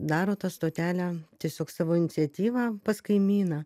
daro tą stotelę tiesiog savo iniciatyva pas kaimyną